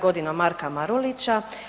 Godinom Marka Marulića.